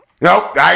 Nope